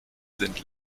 sind